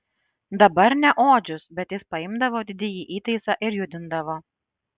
dabar ne odžius bet jis paimdavo didįjį įtaisą ir judindavo